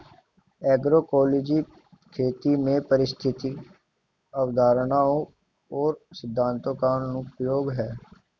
agroecology खेती में पारिस्थितिक अवधारणाओं और सिद्धांतों का अनुप्रयोग है